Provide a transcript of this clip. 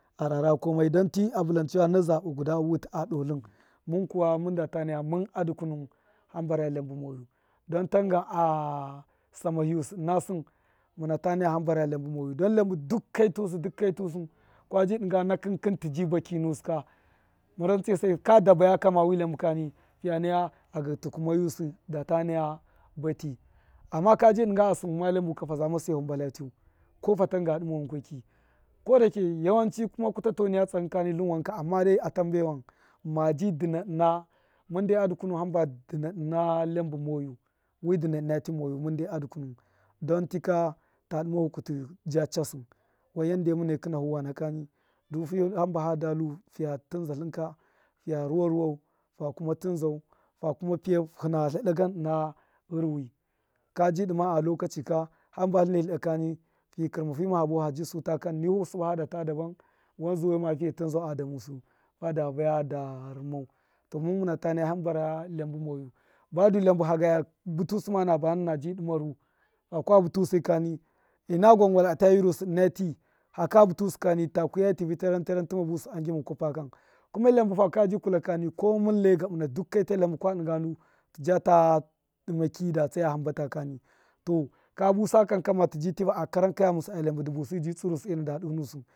A rara komai dan ti a bṫtan chewa na zaba guda wuṫi a dooltṫn, mun kuwa mun da ta naya mun a dukunuwun hamba ra iyabi moyu, don tangan a samahiyusi ṫna sṫn muna ta naya hamba re iyabṫ moyu, don iyabṫ duk kai tusṫ duk kai tusṫ kwaji dṫga nakṫnkṫn ti jib a ki nusṫ ka, mun rantse sai ka dabaya kama wi iyabṫ ka ni, fiya naya a gṫtṫ kumayusu da ta nay aba ti, amma kaji dṫga a sṫnfu ma iyabṫ ka fa zyahu mbalta tṫu, ko fatanga dṫma wankweki, kodake yawanehi kuma kutato niya tsakṫn ka ni itṫn wanka amma dai a tambewan maji dṫna ṫna mun dai a dukunuwun hamba du duna ṫna hu kutṫ di chasṫ, wan yade mune kṫnafu wana kani du fi hamba hada lu fiya tinza ltṫn ka fiya ruwa ruwaw, fa kuma tinzau fa kuma pṫyau hṫna iyada gan ṫna ghṫrwṫ, ka ji dṫma a lokachi ka hamba ltṫne itada kani fi krima fima ha buwahu fiji suta kamnifu suba da ta dabami wan zuwai ma fiye tinza damusṫ, fada vaya da rṫmau, to mun muna ta naya hamba ra iyabṫ moyu, badu iyabṫ haga iya butusṫ ma na bana na ji dṫma ru, hakina butusṫ kani, ṫna gwangwalata wirusṫ ṫna tii, hakwa butusṫ kani ta kwiya tivṫ taran taran tuma busṫ a gyimu kwafa kan kuma iyabṫ fa ji kula kani komin iye gabṫna duk kaita iyabṫ kwai dṫ nga nu tṫjata dṫma ki da tsaya hambata kani to, ka busa kan kama ti ji tiva a karan kaye hamusṫ a iyabṫ dṫ busṫ du bi tsṫrusena da dṫhṫ nusṫ.